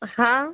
हा